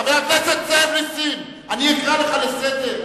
חבר הכנסת זאב נסים, אני אקרא אותך לסדר?